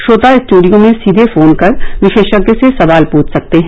श्रोता स्ट्डियो में सीधे फोन कर विशेषज्ञ से सवाल पूछ सकते हैं